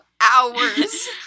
hours